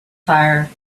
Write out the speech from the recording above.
fire